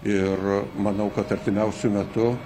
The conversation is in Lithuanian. ir manau kad artimiausiu metu